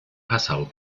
passau